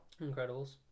Incredibles